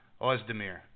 Ozdemir